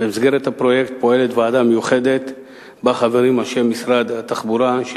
אני מתכבד להשיב בשם שר התחבורה.